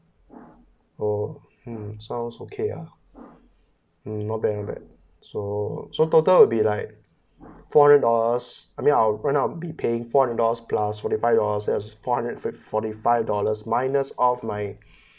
orh hmm so it's okay uh um not bad not bad so so total would be like four hundred dollars I mean I'll right now I'll be paying four hundred dollars plus forty five dollars as four hundred forty five dollars minus off my